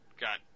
got